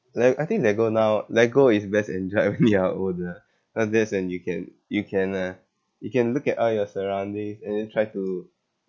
le~ I think lego now lego is best enjoyed when we are older uh best when you can you can uh you can look at all your surroundings and then try to